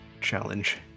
challenge